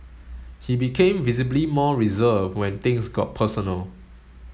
he became visibly more reserved when things got personal